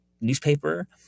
newspaper